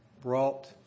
brought